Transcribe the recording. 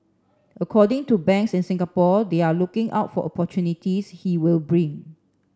according to banks in Singapore they are looking out for opportunities he will bring